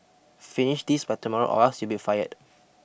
finish this by tomorrow or else you'll be fired